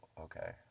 okay